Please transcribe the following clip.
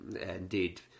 indeed